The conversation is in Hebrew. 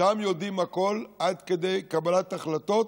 שם יודעים הכול עד כדי קבלת החלטות